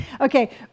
Okay